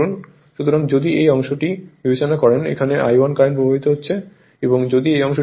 সুতরাং যদি এই অংশটি বিবেচনা করেন এখানে I1 কারেন্ট প্রবাহিত হচ্ছে এবং যদি এই অংশটি বিবেচনা করা হয় তবে এটি I2 I1